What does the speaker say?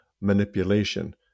manipulation